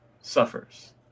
suffers